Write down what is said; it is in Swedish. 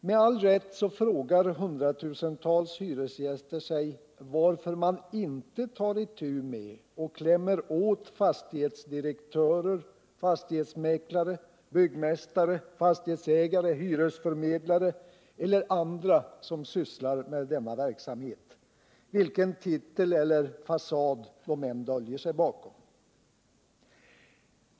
Med all rätt frågar hundratusentals hyresgäster sig varför man inte tar itu med och klämmer åt fastighetsdirektörer, fastighetsmäklare, byggmästare, fastighetsägare, hyresförmedlare eller andra som sysslar med denna verksamhet, vilken titel eller fasad de än döljer sig bakom.